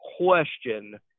question